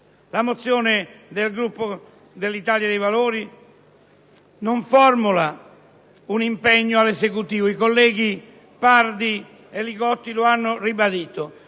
La mozione del Gruppo dell'Italia dei Valori non formula un impegno all'Esecutivo: i colleghi Pardi e Li Gotti lo hanno ribadito.